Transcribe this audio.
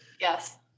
Yes